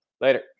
Later